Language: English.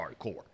hardcore